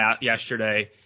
yesterday